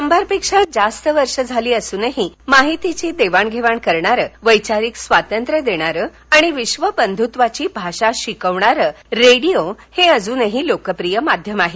शंभरपेक्षा जास्त वर्ष झाली असूनही माहितीची देवाणघेवाण करणारं वैचारिक स्वातंत्र्य देणारं आणि विश्वबंधुत्वाची भाषा शिकवणारं रेडिओ हे अजूनही लोकप्रिय माध्यम आहे